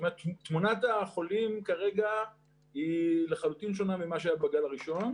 תמונת החולים כרגע היא לחלוטין שונה ממה שהיה בגל הראשון,